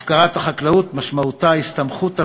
הפקרת החקלאות משמעותה הסתמכות על